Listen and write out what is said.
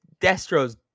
Destro's